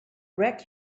wreck